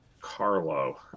Carlo